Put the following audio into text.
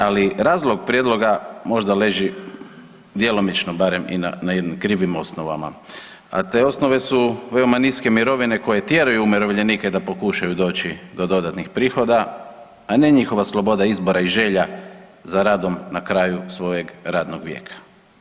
Ali razlog prijedloga možda leži djelomično barem i na, na jednim krivim osnovama, a te osnove su veoma niske mirovine koje tjeraju umirovljenike da pokušaju doći do dodatnih prihoda, a ne njihova sloboda izbora i želja za radom na kraju svojeg radnog vijeka.